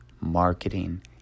marketing